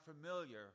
familiar